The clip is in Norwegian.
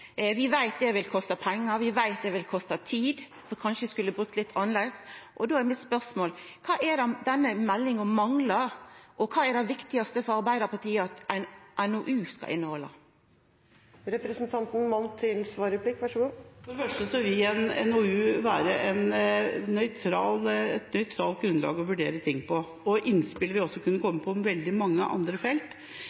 Vi veit at det vil kosta pengar, og vi veit det vil kosta tid, som vi kanskje skulle brukt litt annleis. Då er mitt spørsmål: Kva er det denne meldinga manglar, og kva er det viktigast for Arbeidarpartiet at ei NOU skal innehalda? For det første vil en NOU være et nøytralt grunnlag å vurdere ting på, og innspill vil også kunne